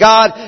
God